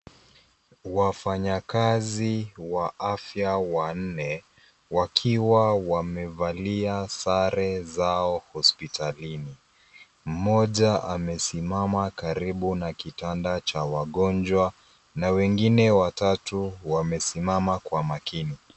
Wafanyakazi wa afya wanne wakiwa wamevalia sare zao hospitalini. Mmoja amesimama karibu na kitanda cha wagonjwa na wengine watatu wamesimama kwa makini.